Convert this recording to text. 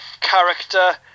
character